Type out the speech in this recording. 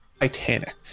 titanic